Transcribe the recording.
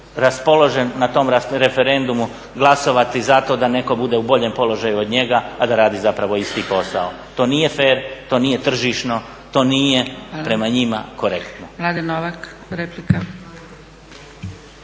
raspoložen na tom referendumu glasovati za to da neko bude u bolje položaju od njega, a da radi zapravo isti posao. To nije fer, to nije tržišno, to nije prema njima korektno.